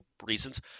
reasons